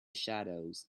shadows